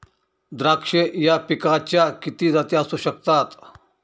द्राक्ष या पिकाच्या किती जाती असू शकतात?